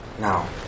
Now